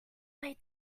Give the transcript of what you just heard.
play